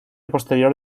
posterior